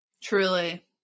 truly